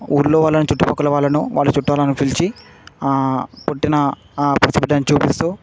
ఊర్లో వాళ్ళను చుట్టూ పక్కన వాళ్ళను వాళ్ళ చుట్టాలను పిలిచి పుట్టిన పసిబిడ్డను చూపిస్తూ